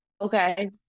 okay